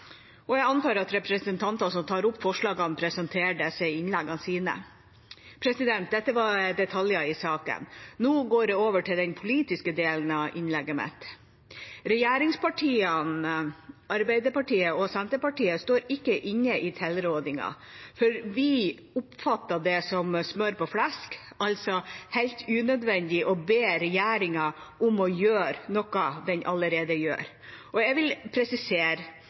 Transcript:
Jeg antar at representantene som tar opp forslagene, presenterer disse i innleggene sine. Dette var detaljer i saken. Nå går jeg over til den politiske delen av innlegget mitt. Regjeringspartiene, Arbeiderpartiet og Senterpartiet, står ikke inne i tilrådingen, for vi oppfatter det som smør på flesk – altså helt unødvendig – å be regjeringen om å gjøre noe den allerede gjør. Jeg vil presisere